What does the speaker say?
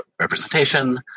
representation